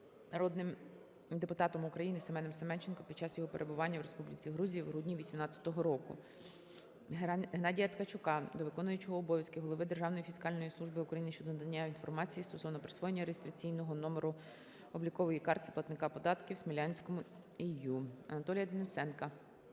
народним депутатом України Семеном Семенченком під час його перебування у Республіці Грузія в грудні 2018 року. Геннадія Ткачука до виконуючого обов'язки голови Державної фіскальної служби України щодо надання інформації стосовно присвоєння реєстраційного номеру облікової картки платника податків Смілянському І.Ю. Анатолія Денисенка